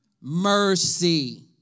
mercy